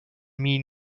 mean